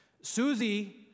Susie